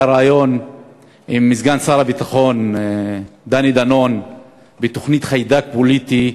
היה ריאיון עם סגן שר הביטחון דני דנון בתוכנית "חיידק פוליטי",